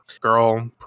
girl